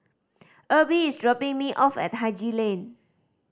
Erby is dropping me off at Haji Lane